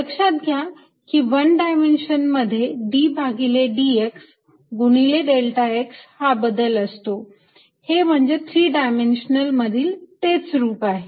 लक्षात घ्या कि वन डायमेन्शन मध्ये d भागिले dx गुणिले डेल्टा x हा बदल असतो हे म्हणजे थ्री डायमेन्शनल मधील तेच रूप आहे